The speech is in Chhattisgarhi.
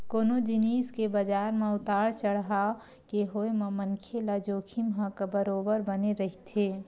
कोनो जिनिस के बजार म उतार चड़हाव के होय म मनखे ल जोखिम ह बरोबर बने रहिथे